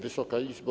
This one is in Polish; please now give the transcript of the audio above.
Wysoka Izbo!